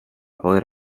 poder